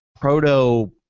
proto